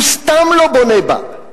הוא סתם לא בונה בה.